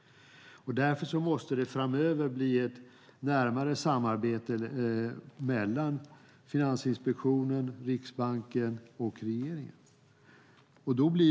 Därför måste det framöver bli ett närmare samarbete mellan Finansinspektionen, Riksbanken och regeringen.